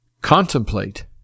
contemplate